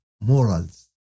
morals